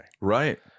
Right